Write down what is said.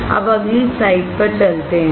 अब अगली स्लाइड पर चलते हैं